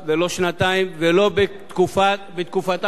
ולא בתקופתה של הממשלה הזאת.